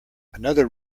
another